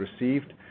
received